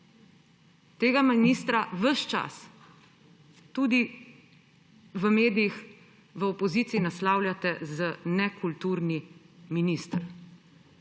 tega ministra ves čas tudi v medijih, v opoziciji naslavljate z nekulturni minister.